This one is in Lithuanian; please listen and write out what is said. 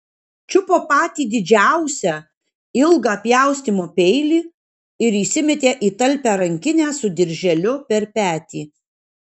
čiupo patį didžiausią ilgą pjaustymo peilį ir įsimetė į talpią rankinę su dirželiu per petį